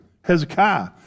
Hezekiah